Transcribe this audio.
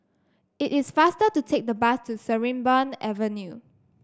it is faster to take the bus to Sarimbun Avenue